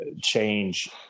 change